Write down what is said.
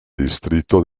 distrito